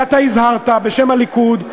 ואתה הזהרת בשם הליכוד,